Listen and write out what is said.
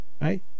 Right